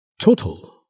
Total